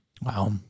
Wow